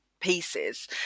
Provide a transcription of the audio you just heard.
pieces